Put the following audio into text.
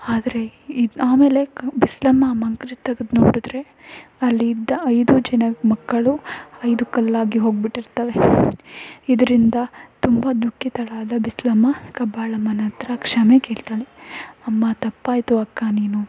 ಆದರೆ ಆಮೇಲೆ ಬಿಸ್ಲಮ್ಮ ಮಂಕರಿ ತೆಗ್ದು ನೋಡಿದರೆ ಅಲ್ಲಿ ಇದ್ದ ಐದೂ ಜನ ಮಕ್ಕಳು ಐದು ಕಲ್ಲಾಗಿ ಹೋಗಿ ಬಿಟ್ಟಿರ್ತವೆ ಇದರಿಂದ ತುಂಬ ದುಃಖಿತಳಾದ ಬಿಸ್ಲಮ್ಮ ಕಬ್ಬಾಳಮ್ಮನ ಹತ್ರ ಕ್ಷಮೆ ಕೇಳ್ತಾಳೆ ಅಮ್ಮ ತಪ್ಪಾಯಿತು ಅಕ್ಕ ನೀನು